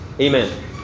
Amen